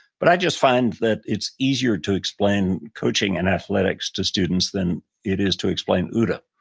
but i just find that it's easier to explain coaching and athletics to students than it is to explain ooda.